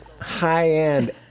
high-end